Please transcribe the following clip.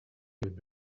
would